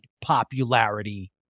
popularity